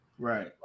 Right